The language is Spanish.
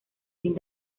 fin